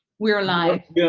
we are live.